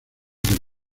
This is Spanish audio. del